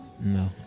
No